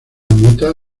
mota